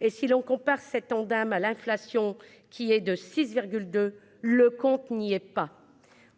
et si l'on compare cet Ondam à l'inflation qui est de 6 2, le compte n'y est pas